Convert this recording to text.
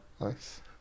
nice